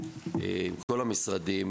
עם כל המשרדים,